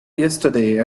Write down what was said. yesterday